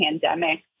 pandemic